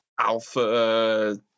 alpha